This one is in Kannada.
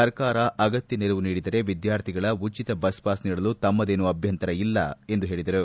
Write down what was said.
ಸರ್ಕಾರ ಅಗತ್ತ ನೆರವು ನೀಡಿದರೆ ವಿದ್ಯಾರ್ಥಿಗಳ ಉಚಿತ ಬಸ್ಪಾಸ್ ನೀಡಲು ತಮ್ಮದೇನು ಅಭ್ಯಂತರ ಇಲ್ಲ ಎಂದು ಹೇಳಿದರು